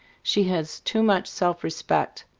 she has too much self-respect.